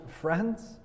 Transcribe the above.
friends